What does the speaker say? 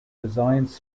designs